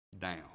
down